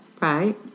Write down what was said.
Right